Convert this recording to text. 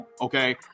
okay